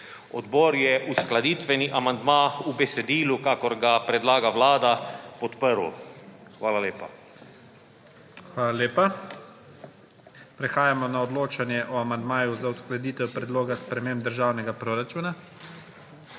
Odbor je uskladitveni amandma v besedilu, kakor ga predlaga vlada, podprl. Hvala lepa. PREDSEDNIK IGOR ZORČIČ: Hvala lepa. Prehajamo na odločanje o amandmaju za uskladitev predloga sprememb državnega proračuna.